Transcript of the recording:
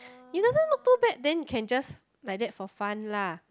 it doesn't look too bad then can just like that for fun lah